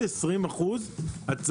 שבועיים.